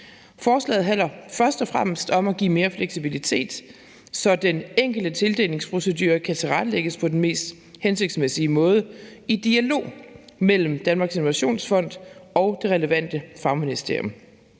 Forslaget handler først og fremmest om at give mere fleksibilitet, så den enkelte tildelingsprocedure kan tilrettelægges på den mest hensigtsmæssige måde i dialog mellem Danmarks Innovationsfond og det relevante fagministerium.